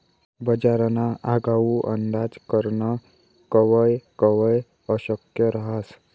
बजारना आगाऊ अंदाज करनं कवय कवय अशक्य रहास